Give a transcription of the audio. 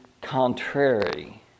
contrary